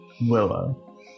Willow